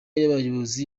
y’abayobozi